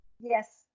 Yes